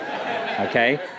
okay